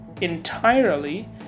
entirely